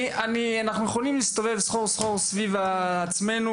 אנחנו יכולים להסתובב סחור סחור סביב עצמנו,